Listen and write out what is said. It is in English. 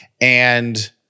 and-